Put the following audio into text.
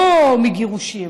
לא מגירושים,